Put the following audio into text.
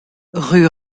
rue